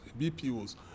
BPOs